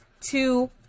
two